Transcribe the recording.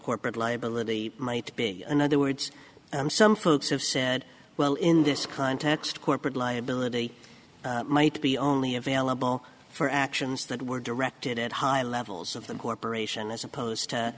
corporate liability might be in other words some folks have said well in this context corporate liability might be only available for actions that were directed at high levels of the corporation as opposed to